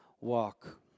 walk